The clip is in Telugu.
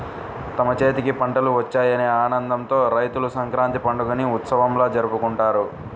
తమ చేతికి పంటలు వచ్చాయనే ఆనందంతో రైతులు సంక్రాంతి పండుగని ఉత్సవంలా జరుపుకుంటారు